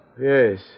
Yes